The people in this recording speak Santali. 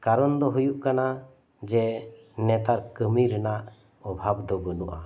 ᱠᱟᱨᱚᱱ ᱫᱚ ᱦᱩᱭᱩᱜ ᱠᱟᱱᱟ ᱡᱮ ᱱᱮᱛᱟᱨ ᱠᱟᱹᱢᱤ ᱨᱮᱱᱟᱜ ᱚᱵᱷᱟᱵ ᱫᱚ ᱵᱟᱹᱱᱩᱜᱼᱟ